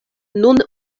nun